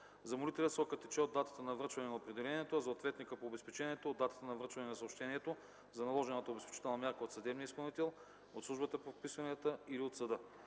За молителя срокът тече от датата на връчване на определението, а за ответника по обезпечението – от датата на връчване на съобщението на наложената обезпечителна мярка от съдебния изпълнител, от Службата по вписванията или от съда.